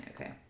Okay